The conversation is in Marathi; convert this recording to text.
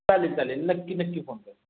चालेल चालेल नक्की नक्की फोन कर